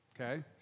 okay